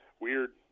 Weird